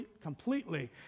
completely